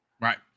Right